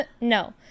No